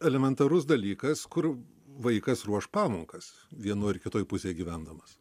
elementarus dalykas kur vaikas ruoš pamokas vienoj ar kitoj pusėj gyvendamas